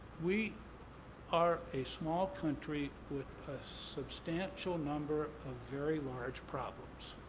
we are a small country with a substantial number of very large problems,